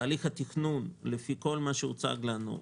תהליך הרה-תכנון לפי כל מה שהוצג לנו,